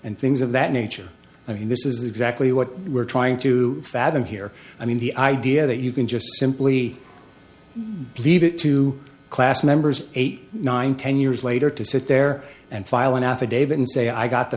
and things of that nature i mean this is exactly what we're trying to fathom here i mean the idea that you can just simply leave it to class members eight nine ten years later to sit there and file an affidavit and say i got the